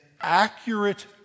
accurate